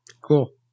cool